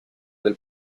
del